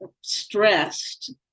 stressed